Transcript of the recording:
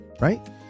right